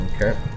Okay